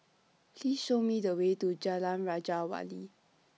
Please Show Me The Way to Jalan Raja Wali